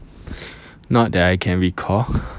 not that I can recall